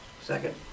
Second